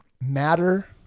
matter